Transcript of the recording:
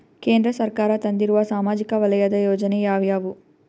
ಕೇಂದ್ರ ಸರ್ಕಾರ ತಂದಿರುವ ಸಾಮಾಜಿಕ ವಲಯದ ಯೋಜನೆ ಯಾವ್ಯಾವು?